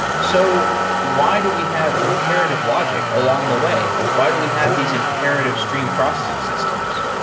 so why do we have imperative logic along the way? why do we have these imperative stream processing systems?